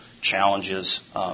challenges